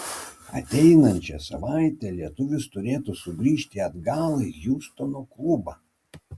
ateinančią savaitę lietuvis turėtų sugrįžti atgal į hjustono klubą